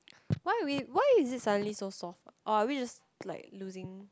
why are we why is it suddenly so soft or are we just like losing